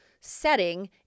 setting